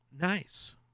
Nice